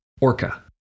Orca